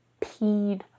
peed